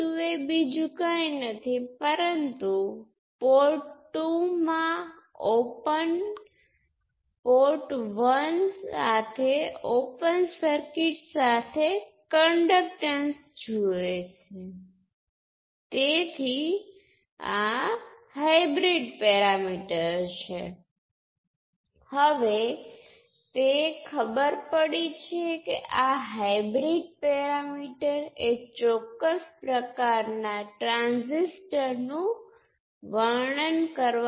હવે બીજી બાજુ અથવા અન્ય પોર્ટપર આપણી પાસે વોલ્ટેજ અથવા બે અન્ય વોલ્ટેજનો સરવાળો V2 બરાબર g22 I2 વોલ્ટેજ કરંટના પ્રમાણસરમાં છે જે રજિસ્ટરનો ઉપયોગ કરીને મેળવવામાં આવે છે જેની કિંમત g22 અને સિરિઝ માં છે આ સાથે voltage control voltage source V2 g21 V1 ની બરાબર છે તેથી તે ગેઇન g21 નું કંટ્રોલ વોલ્ટેજ છે